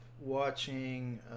watching